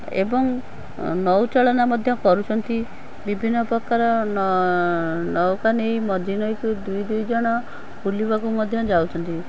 ଏବଂ ନୌଚାଳନା ମଧ୍ୟ କରୁଛନ୍ତି ବିଭିନ୍ନ ପ୍ରକାର ନୌକା ନେଇ ମଝି ନଈକୁ ଦୁଇ ଦୁଇ ଜଣ ବୁଲିବାକୁ ମଧ୍ୟ ଯାଉଛନ୍ତି